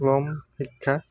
লম শিক্ষা